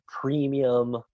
premium